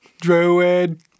Druid